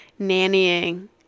nannying